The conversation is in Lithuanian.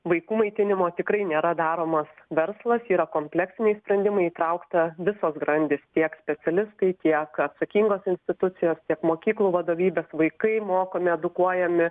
vaikų maitinimo tikrai nėra daromas verslas yra kompleksiniai sprendimai įtraukta visos grandys tiek specialistai tiek atsakingos institucijos tiek mokyklų vadovybės vaikai mokomi edukuojami